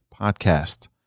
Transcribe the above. Podcast